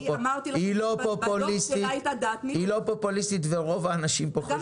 היא לא פופוליסטית ורוב האנשים פה חושבים,